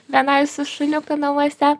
beveisliu šuniuku namuose